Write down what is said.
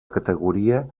categoria